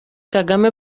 kagame